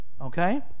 okay